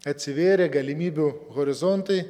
atsivėrė galimybių horizontai